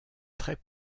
très